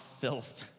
filth